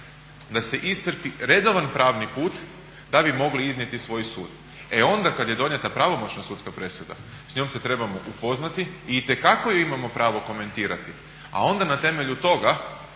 da se iscrpi redovan pravni put da bi mogli iznijeti svoj sud. E onda kada je donijeta pravomoćna sudska presuda s njom se trebamo upoznati i itekako ju imamo pravo komentirati. A onda na temelju toga